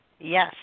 Yes